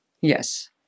yes